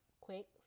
quick